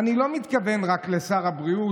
אני לא מתכוון רק לשר הבריאות,